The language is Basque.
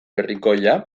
herrikoia